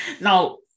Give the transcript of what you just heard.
Now